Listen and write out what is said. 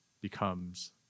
becomes